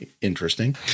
interesting